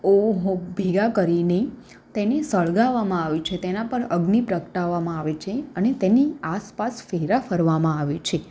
ઓ ભેગા કરીને તેને સળગાવવામાં આવે છે તેના પર અગ્નિ પ્રગટાવવામાં આવે છે અને તેની આસપાસ ફેરા ફરવામાં આવે છે